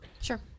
Sure